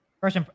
First